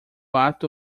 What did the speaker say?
ato